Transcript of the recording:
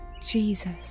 jesus